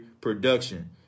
production